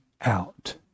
out